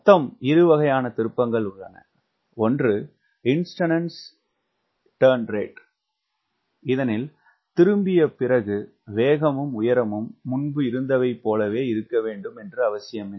மொத்தம் இருவகையான திருப்பங்கள் உள்ளன ஒரு இன்ஸ்டன்டானியஸ் திருப்பு வீதம் இதனில் திரும்பிய பிறகு வேகமும் உயரமும் முன்பு இருந்தவை போலவே இருக்கவேண்டும் என்ற அவசியமில்லை